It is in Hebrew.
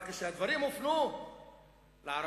אבל כשהדברים הופנו לערבים,